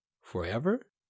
forever